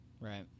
Right